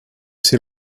c’est